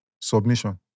Submission